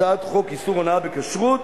הצעת חוק איסור הונאה בכשרות,